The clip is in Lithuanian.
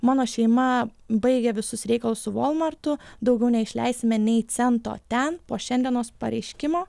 mano šeima baigia visus reikalus su volmartu daugiau neišleisime nei cento ten po šiandienos pareiškimo